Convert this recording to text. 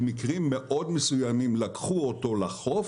במקרים מאוד מסוימים לקחו אותו לחוף,